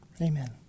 amen